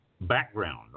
background